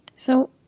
so,